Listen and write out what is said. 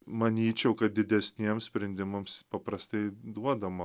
manyčiau kad didesniems sprendimams paprastai duodama